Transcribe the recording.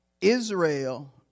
Israel